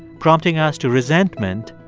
prompting us to resentment,